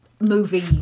movie